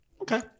Okay